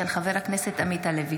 של חבר הכנסת עמית הלוי.